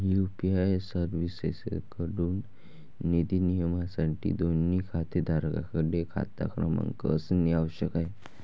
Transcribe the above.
UPI सर्व्हिसेसएकडून निधी नियमनासाठी, दोन्ही खातेधारकांकडे खाता क्रमांक असणे आवश्यक आहे